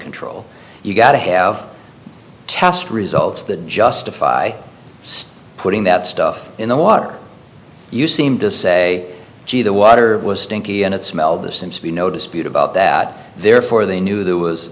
control you've got to have a test results that justify still putting that stuff in the water you seem to say gee the water was stinky and it smelled this seems to be no dispute about that therefore they knew there was